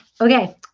okay